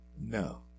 No